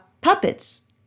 puppets